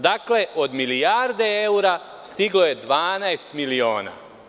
Dakle, od milijarde evra stiglo je 12 miliona.